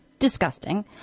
Disgusting